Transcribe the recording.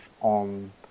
on